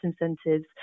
incentives